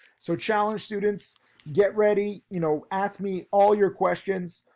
so challenge students get ready. you know, ask me all your questions.